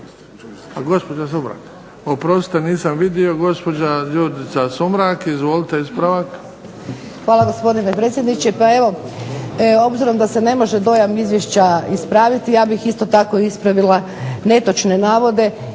A gospođa Sumrak? Oprostite nisam vidio. Gospođa Đurđica Sumrak, izvolite ispravak. **Sumrak, Đurđica (HDZ)** Hvala gospodine predsjedniče. Pa evo obzirom da se ne može dojam izvješća ispraviti ja bih isto tako ispravila netočne navode